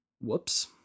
Whoops